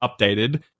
updated